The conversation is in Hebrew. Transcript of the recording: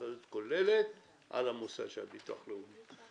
אחריות כוללת על המוסד לביטוח לאומי.